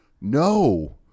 No